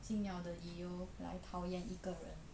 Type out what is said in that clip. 紧要的理由来讨厌一个人